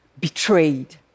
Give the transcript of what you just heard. betrayed